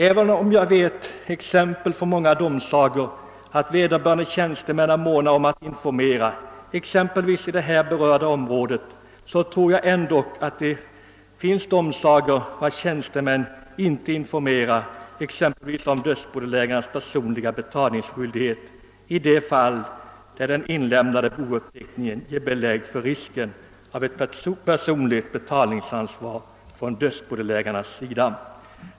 Även om jag känner till exempel från många domsagor där vederbörande tjänstemän är måna om att ge information inom exempelvis det här berörda området, tror jag ändå att det finns många domsagor vilkas tjänstemän inte informerar om t.ex. dödsbodelägarnas personliga betalningsskyldighet i de fall där den inlämnade bouppteckningen ger belägg för risken av ett personligt betalningsansvar för dödsbodelägaren i fråga.